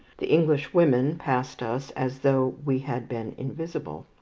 the englishwomen passed us as though we had been invisible.